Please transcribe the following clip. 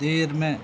دیر میں